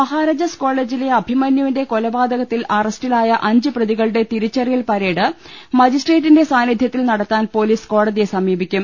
മഹരാജാസ് കോളേജിലെ അഭിമന്യുവിന്റെ കൊലപാതക ത്തിൽ അറസ്റ്റിലായ അഞ്ച് പ്രതികളുടെ തിരിച്ചറിയിൽ പരേഡ് മജിസ്ട്രേറ്റിന്റെ സാന്നിധ്യത്തിൽ നടത്താൻ പൊലീസ് കോടതി യെ സമീപിക്കും